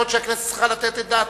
ויכול להיות שהכנסת צריכה לתת את דעתה.